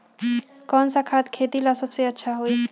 कौन सा खाद खेती ला सबसे अच्छा होई?